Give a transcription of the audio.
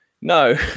no